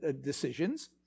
decisions